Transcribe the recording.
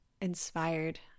inspired